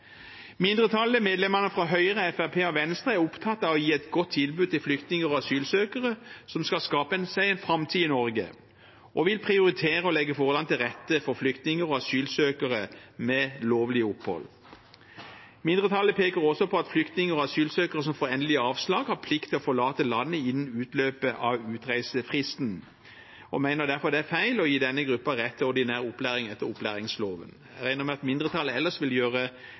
Mindretallet, medlemmene fra Høyre, Fremskrittspartiet og Venstre, er opptatt av å gi et godt tilbud til flyktninger og asylsøkere som skal skape seg en framtid i Norge, og vil prioritere å legge forholdene til rette for flyktninger og asylsøkere med lovlig opphold. Mindretallet peker også på at flyktninger og asylsøkere som får endelig avslag, har plikt til å forlate landet innen utløpet av utreisefristen og mener derfor det er feil å gi denne gruppen rett til ordinær opplæring etter opplæringsloven. Jeg regner med at mindretallet ellers selv vil gjøre